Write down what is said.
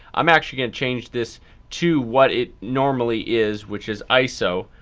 i'm actually gonna change this to what it normally is which is iso.